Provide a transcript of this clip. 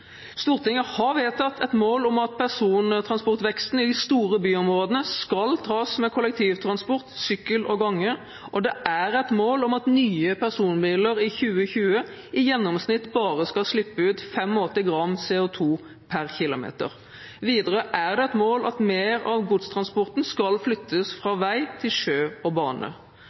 Stortinget har vedtatt et mål om at persontransportveksten i de store byområdene skal tas med kollektivtransport, sykkel og gange, og det er et mål at nye personbiler i 2020 i gjennomsnitt bare skal slippe ut 85 gram CO2 per km. Videre er det et mål at mer av godstransporten skal flyttes fra vei til sjø og bane.